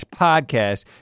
podcast